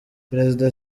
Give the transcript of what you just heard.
perezida